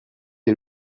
est